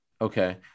Okay